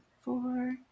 four